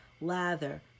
lather